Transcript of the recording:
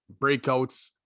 breakouts